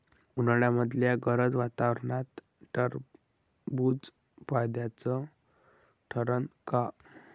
उन्हाळ्यामदल्या गरम वातावरनात टरबुज फायद्याचं ठरन का?